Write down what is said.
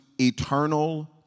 eternal